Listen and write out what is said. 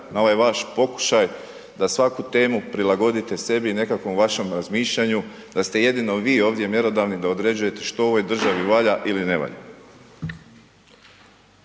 na ovaj vaš pokušaj da svaku temu prilagodite sebi i nekakvom vašem razmišljanju, da ste jedino vi ovdje mjerodavni da određujete što u ovoj državi valja ili ne valja.